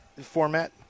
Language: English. format